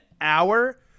hour